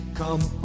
come